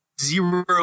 zero